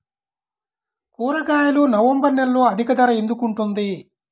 కూరగాయలు నవంబర్ నెలలో అధిక ధర ఎందుకు ఉంటుంది?